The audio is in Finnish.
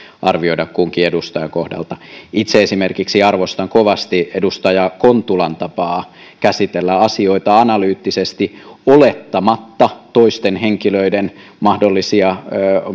arvioida kunkin edustajan kohdalta itse esimerkiksi arvostan kovasti edustaja kontulan tapaa käsitellä asioita analyyttisesti olettamatta toisten henkilöiden mahdollisia